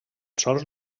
sols